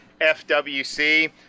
FWC